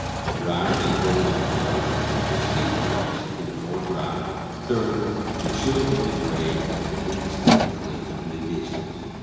the brown and golden colors of the distinct rocks in the foreground turn to silvery gray of the indistinct cliff in the distance.